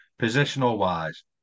Positional-wise